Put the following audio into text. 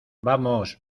vamos